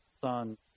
Son